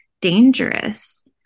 dangerous